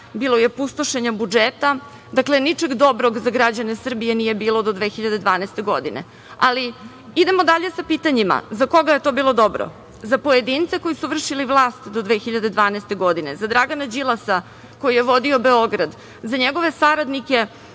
bilo je pustošenja budžeta, ničeg dobrog za građane Srbije nije bilo do 2012. godine. Ali, idemo dalje sa pitanjima, za koga je to bilo dobro? Za pojedince koji su vršili vlast do 2012. godine, za Dragana Đilasa koji je vodio Beograd, za njegove saradnike